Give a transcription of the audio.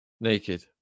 naked